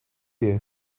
you